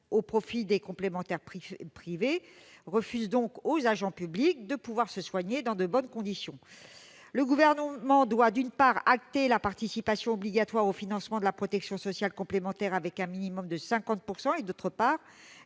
au profit des complémentaires privées, refuse donc aux agents publics de pouvoir se soigner dans de bonnes conditions. Le Gouvernement doit, d'une part, acter la participation obligatoire au financement de la protection sociale complémentaire avec un minimum de 50 % et, d'autre part,